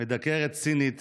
מדקרת סינית